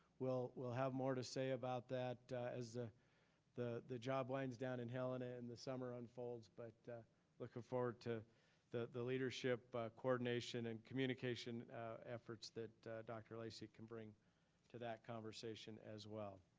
we'll we'll have more to say about that as the the the job winds down in helena in the summer unfolds, but looking like forward to the the leadership, coordination and communication efforts that dr. lacy can bring to that conversation as well.